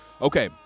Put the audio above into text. Okay